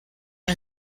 who